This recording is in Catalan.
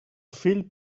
fill